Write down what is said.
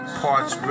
parts